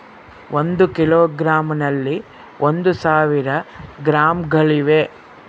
ಒಂದು ಕಿಲೋಗ್ರಾಂ ನಲ್ಲಿ ಒಂದು ಸಾವಿರ ಗ್ರಾಂಗಳಿವೆ